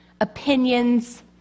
opinions